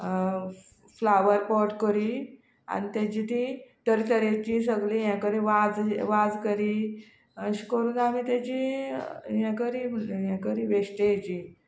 flower pot करी आनी तेजी ती तरे तरेची सगळी हे करी वाज वाज करी अशे करून आमी तेजी हे करी हे करी वेस्टेची